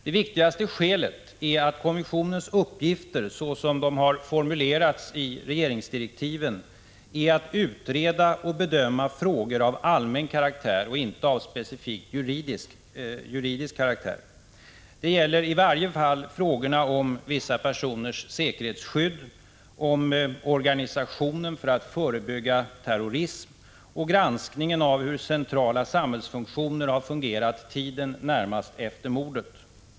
Det viktigaste skälet är att kommissionens uppgifter, såsom de har formulerats i regeringsdirektiven, är att utreda och bedöma frågor av allmän karaktär och inte av specifikt juridisk karaktär. Det gäller i varje fall frågorna om vissa personers säkerhetsskydd, organisationen för att förebygga terrorism och granskningen av hur centrala samhällsfunktioner har fungerat tiden närmast efter mordet.